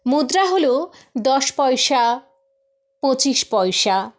মুদ্রা হল দশ পয়সা পঁচিশ পয়সা